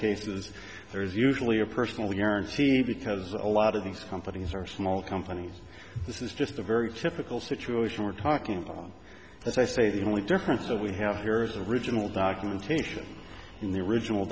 cases there is usually a personally guarantee because a lot of these companies are small companies this is just a very typical situation we're talking on as i say the only difference that we have here is the original documentation in the original